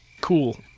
Cool